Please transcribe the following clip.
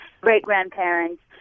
great-grandparents